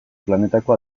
planetako